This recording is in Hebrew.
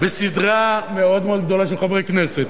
וסדרה מאוד מאוד גדולה של חברי כנסת.